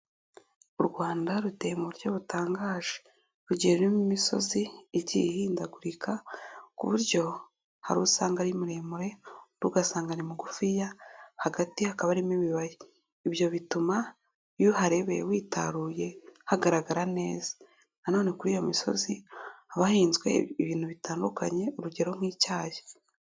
U Rwanda ruteye mu buryo butangaje rugiye rurimo imisozi igi ihindagurika ku buryo hari usanga ari muremure, undi ugasanga ni mugufiya hagati hakaba harimo ibibaya. Ibyo bituma iyo uharebeye witaruye hagaragara neza, nanone kuri iyo misozi haba hahinzwe ibintu bitandukanye urugero nk'icyayi.